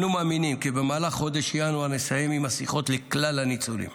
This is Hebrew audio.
אנו מאמינים כי במהלך חודש ינואר נסיים עם השיחות לכלל הניצולים.